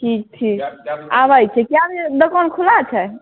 ठीक ठीक आबै छी कए बजे दोकान खुला छै